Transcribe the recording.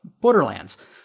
Borderlands